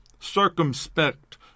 Circumspect